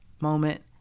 moment